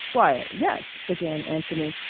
why yes, began anthony.